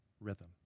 Rhythm